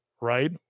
Right